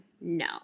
no